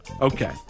Okay